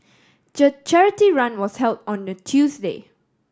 charity run was held on a Tuesday